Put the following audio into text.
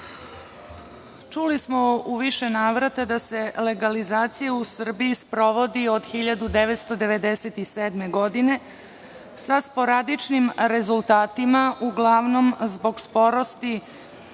čuli smo u više navrata da se legalizacija u Srbiji sprovodi od 1997. godine sa sporadičnim rezultatima uglavnom zbog porast